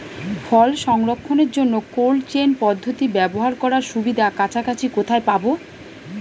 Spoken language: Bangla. ফল সংরক্ষণের জন্য কোল্ড চেইন পদ্ধতি ব্যবহার করার সুবিধা কাছাকাছি কোথায় পাবো?